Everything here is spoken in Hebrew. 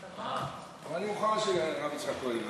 אני מוכן שהרב יצחק כהן יענה